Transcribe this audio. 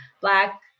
black